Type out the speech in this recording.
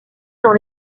dans